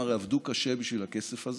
הם הרי עבדו קשה בשביל הכסף הזה,